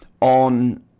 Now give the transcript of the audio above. on